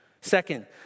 Second